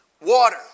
Water